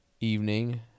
evening